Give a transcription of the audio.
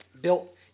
built